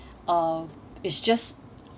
uh it's just